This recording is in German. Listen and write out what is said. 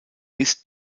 ist